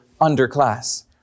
underclass